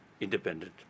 independent